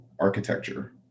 architecture